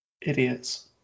Idiots